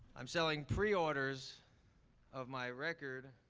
i'm selling pre-orders of my record,